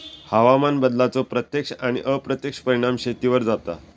हवामान बदलाचो प्रत्यक्ष आणि अप्रत्यक्ष परिणाम शेतीवर जाता